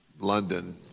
London